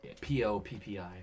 P-O-P-P-I